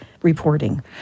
reporting